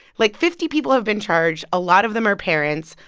like, fifty people have been charged. a lot of them are parents,